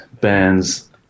bands